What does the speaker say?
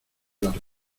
las